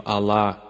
Allah